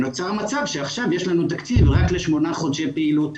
נוצר מצב שעכשיו יש לנו תקציב רק לשמונה חודשי פעילות.